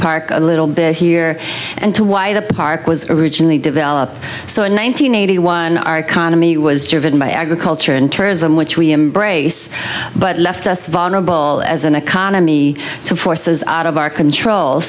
park a little bit here and to why the park was originally developed so in one thousand nine hundred one our economy was driven by agriculture and tourism which we embrace but left us vulnerable as an economy to forces out of our control